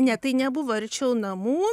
ne tai nebuvo arčiau namų